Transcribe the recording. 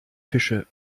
fische